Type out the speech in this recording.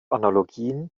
analogien